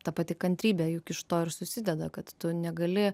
ta pati kantrybė juk iš to ir susideda kad tu negali